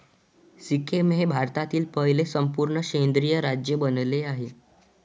सिक्कीम हे भारतातील पहिले संपूर्ण सेंद्रिय राज्य बनले आहे